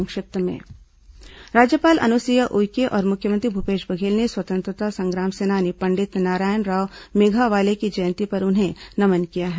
संक्षिप्त समाचार राज्यपाल अनुसुईया उइके और मुख्यमंत्री मूपेश बघेल ने स्वतंत्रता संग्राम सेनानी पंडित नारायण राव मेघावाले की जयंती पर उन्हें नमन किया है